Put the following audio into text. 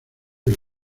del